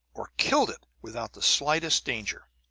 or killed it, without the slightest danger!